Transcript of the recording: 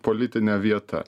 politinė vieta